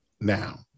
now